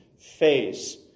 face